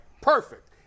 perfect